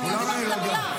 כולם להירגע.